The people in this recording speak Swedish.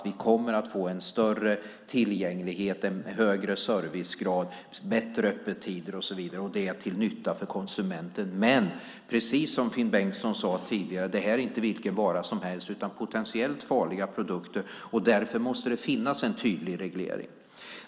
Vi kommer att få större tillgänglighet, en högre servicegrad, bättre öppettider och så vidare. Det är till nytta för konsumenten. Men precis som Finn Bengtsson sade tidigare är detta inte vilken vara som helst utan potentiellt farliga produkter. Därför måste det finnas en tydlig reglering.